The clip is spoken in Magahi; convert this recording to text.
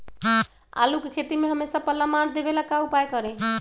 आलू के खेती में हमेसा पल्ला मार देवे ला का उपाय करी?